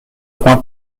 coin